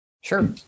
Sure